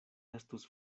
estus